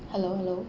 hello hello